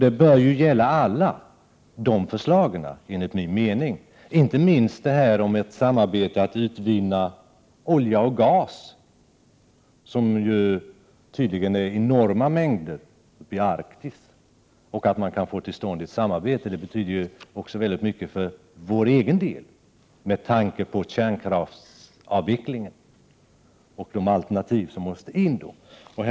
Detta bör enligt men mening gälla alla förslag, inte minst förslaget om samarbete vid utvinning av olja och gas, som ju tydligen finns i enorma mängder i Arktis. Att man får till stånd ett samarbete där betyder väldigt mycket också för oss med tanke på kärnkraftsavvecklingen och de alternativ som måste finnas.